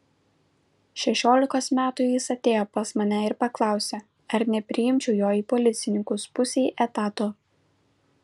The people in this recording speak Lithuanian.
šešiolikos metų jis atėjo pas mane ir paklausė ar nepriimčiau jo į policininkus pusei etato